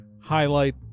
highlight